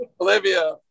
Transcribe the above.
Olivia